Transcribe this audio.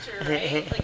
right